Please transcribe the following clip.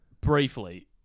Briefly